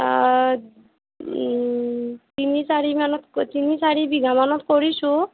তিনি চাৰি মানত তিনি চাৰি বিঘা মানত কৰিছোঁ